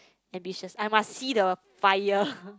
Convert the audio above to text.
ambitious I must see the fire